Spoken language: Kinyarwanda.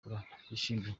turabyishimiye